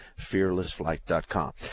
fearlessflight.com